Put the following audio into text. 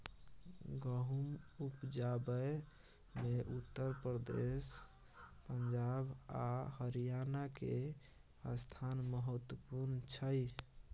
गहुम उपजाबै मे उत्तर प्रदेश, पंजाब आ हरियाणा के स्थान महत्वपूर्ण छइ